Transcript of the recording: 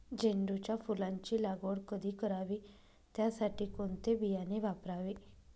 झेंडूच्या फुलांची लागवड कधी करावी? त्यासाठी कोणते बियाणे वापरावे?